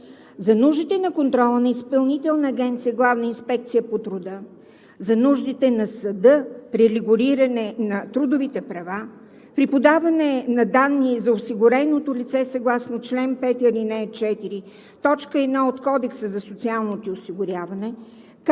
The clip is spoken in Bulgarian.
За нуждите на контрола на Изпълнителна агенция „Главна инспекция по труда“, за нуждите на съда при регулиране на трудовите права, при подаване на данни за осигуреното лице съгласно чл. 5, ал. 4, т. 1 от Кодекса за социално осигуряване,